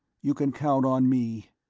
you can count on me.